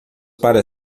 para